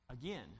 again